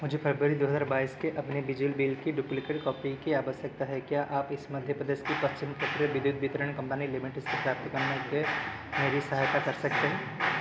मुझे फरवरी दो हज़ार बाईस के अपने बिजली बिल की डुप्लिकेट कॉपी की आवश्यकता है क्या आप इसे मध्य प्रदेश पश्चिम क्षेत्र विद्युत वितरण कंपनी लिमिटेड से प्राप्त करने में मेरी सहायता कर सकते हैं